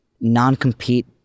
non-compete